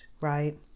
right